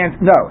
no